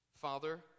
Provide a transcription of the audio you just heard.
Father